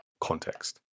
context